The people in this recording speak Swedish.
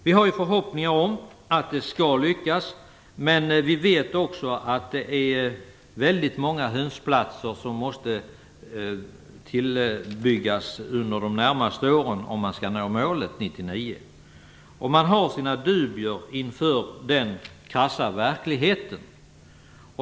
Vi har förhoppningar om att det skall lyckas, men vi vet också att väldigt många hönsplatser måste byggas till under de närmaste åren om man skall nå målet 1999. Man har sina dubier inför den krassa verkligheten.